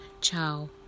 Ciao